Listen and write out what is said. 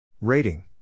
Rating